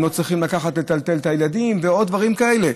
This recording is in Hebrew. הם לא צריכים לטלטל את הילדים ועוד דברים כאלה.